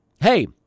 hey